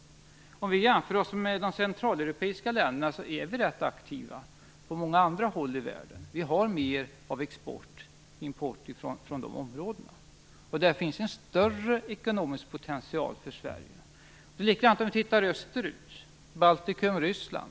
Om vi jämför oss med de centraleuropeiska länderna är vi rätt aktiva på många andra håll i världen. Vi har mer export och import från dessa områden. Där finns en större ekonomisk potential för Sverige. Det ser likadant ut om vi tittar österut mot Baltikum och Ryssland.